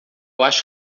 acho